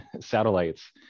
satellites